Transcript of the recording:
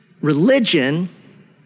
Religion